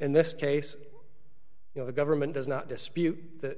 in this case you know the government does not dispute that